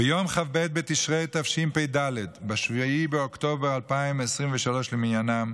ביום כ"ב בתשרי תשפ"ד, 7 באוקטובר 2023 למניינם,